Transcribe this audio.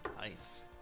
Nice